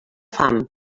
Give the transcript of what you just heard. fam